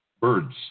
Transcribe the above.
birds